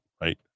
right